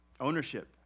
Ownership